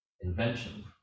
invention